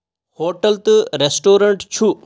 hotel تہٕ restaurant چھُ